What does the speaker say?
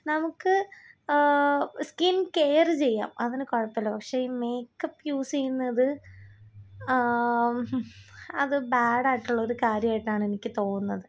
നമുക്ക് skin care ചെയ്യാം അതിനു കുഴപ്പില്ല പക്ഷെ മേക്കപ്പ് യൂസ് ചെയ്യുന്നത് അത് ബാഡായിട്ടുള്ളൊരു കാര്യമായിട്ടാണ് എനിക്ക് തോന്നുന്നത്